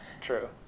True